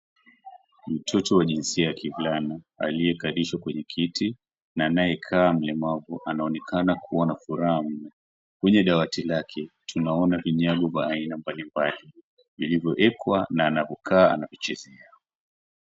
Mtoto wa jinsia ya kivulana, aliyekalishwa kwenye kiti na anayekaa mlemavu anaonekana kuwa na furaha mno. Kwenye dawati lake tunaona vinyago vya aina mbalimbali vilivyowekwa na anavokaa anapochezea.